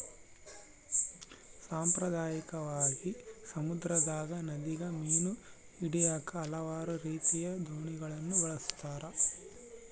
ಸಾಂಪ್ರದಾಯಿಕವಾಗಿ, ಸಮುದ್ರದಗ, ನದಿಗ ಮೀನು ಹಿಡಿಯಾಕ ಹಲವಾರು ರೀತಿಯ ದೋಣಿಗಳನ್ನ ಬಳಸ್ತಾರ